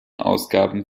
ausgaben